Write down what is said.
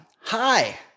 Hi